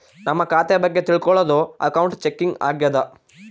ನಮ್ ಖಾತೆ ಬಗ್ಗೆ ತಿಲ್ಕೊಳೋದು ಅಕೌಂಟ್ ಚೆಕಿಂಗ್ ಆಗ್ಯಾದ